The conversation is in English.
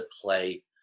play